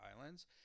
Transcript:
islands